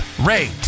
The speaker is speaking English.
rate